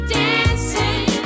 dancing